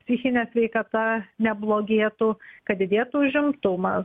psichinė sveikata neblogėtų kad didėtų užimtumas